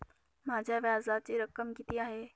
माझ्या व्याजाची रक्कम किती आहे?